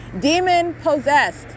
demon-possessed